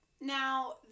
Now